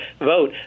vote